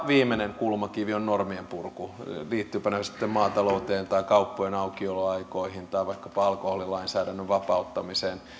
viimeinen kulmakivi on normien purku liittyvätpä ne sitten maatalouteen tai kauppojen aukioloaikoihin tai vaikkapa alkoholilainsäädännön vapauttamiseen